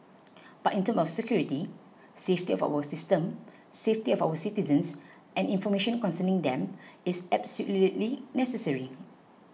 but in terms of security safety of our system safety of our citizens and information concerning them it's absolutely necessary